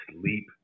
sleep